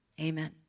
Amen